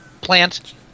plant